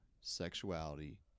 sexuality